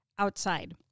outside